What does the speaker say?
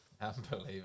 Unbelievable